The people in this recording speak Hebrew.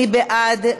מי בעד?